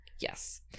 Yes